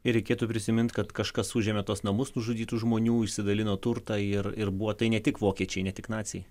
ir reikėtų prisimint kad kažkas užėmė tuos namus nužudytų žmonių išsidalino turtą ir ir buvo tai ne tik vokiečiai ne tik naciai